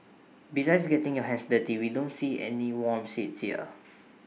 besides getting your hands dirty we don't see any warm seats there